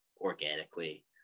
organically